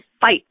fight